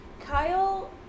Kyle